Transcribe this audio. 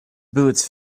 boots